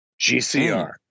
GCR